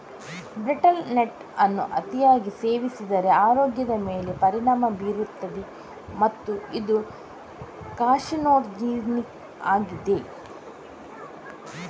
betel nut ಅನ್ನು ಅತಿಯಾಗಿ ಸೇವಿಸಿದರೆ ಆರೋಗ್ಯದ ಮೇಲೆ ಪರಿಣಾಮ ಬೀರುತ್ತದೆ ಮತ್ತು ಇದು ಕಾರ್ಸಿನೋಜೆನಿಕ್ ಆಗಿದೆ